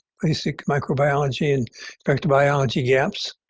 basic microbiology and vector biology gaps,